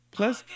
Plus